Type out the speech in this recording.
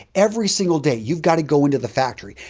every single day, you've got to go into the factory.